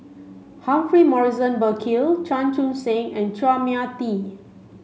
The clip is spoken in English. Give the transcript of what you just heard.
Humphrey Morrison Burkill Chan Chun Sing and Chua Mia Tee